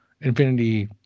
Infinity